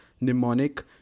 mnemonic